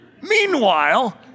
Meanwhile